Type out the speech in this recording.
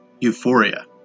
Euphoria